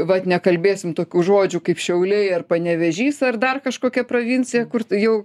vat nekalbėsim tokių žodžių kaip šiauliai ar panevėžys ar dar kažkokia provincija kur jau